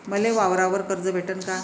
मले वावरावर कर्ज भेटन का?